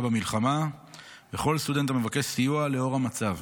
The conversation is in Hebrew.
במלחמה וכל סטודנט המבקש סיוע לאור המצב.